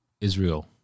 Israel